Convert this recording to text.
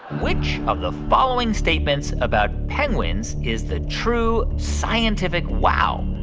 which of the following statements about penguins is the true scientific wow?